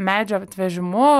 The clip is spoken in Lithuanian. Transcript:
medžio atvežimu